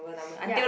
ya